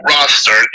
Roster